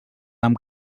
amb